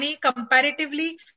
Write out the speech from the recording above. comparatively